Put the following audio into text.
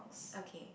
okay